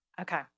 Okay